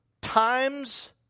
times